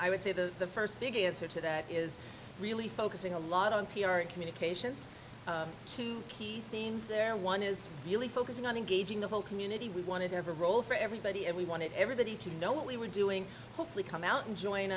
i would say the first big answer to that is really focusing a lot on p r and communications two key themes there and one is really focusing on engaging the whole community we wanted to have a role for everybody and we wanted everybody to know what we were doing hopefully come out and join